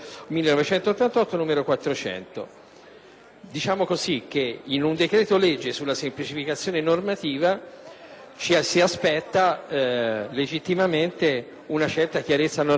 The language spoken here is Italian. numero 400. In un decreto‑legge sulla semplificazione normativa ci si aspetta legittimamente una certa chiarezza normativa dal Governo.